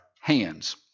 hands